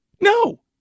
No